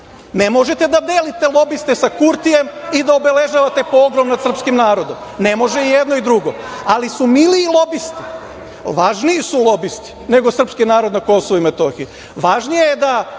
Ne možete da delite lobiste sa Kurtijem i da obeležavate pogrom nad srpskim narodom, ne može i jedno i drugo, ali su miliji lobisti, važniji su lobisti nego srpski narod na Kosovu i Metohiji.